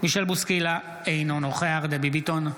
מישל בוסקילה, אינו נוכח דבי ביטון,